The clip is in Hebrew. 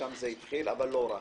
משם זה התחיל, אבל לא רק.